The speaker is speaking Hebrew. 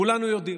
כולנו יודעים.